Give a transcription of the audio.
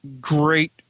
great